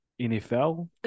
NFL